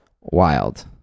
wild